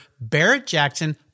Barrett-Jackson